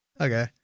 Okay